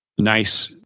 nice